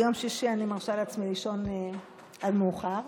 ביום שישי אני מרשה לעצמי לישון עד מאוחר,